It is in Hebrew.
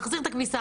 להחזיר את הכביסה.